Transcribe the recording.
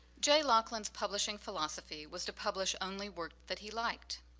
jay lockland's publishing philosophy was to publish only work that he liked.